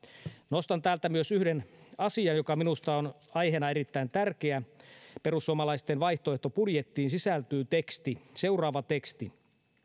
nostan täältä myös yhden asian joka minusta on aiheena erittäin tärkeä perussuomalaisten vaihtoehtobudjettiin sisältyy seuraava teksti